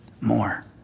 more